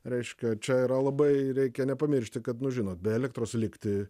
reiškia čia yra labai reikia nepamiršti kad nu žinot be elektros likti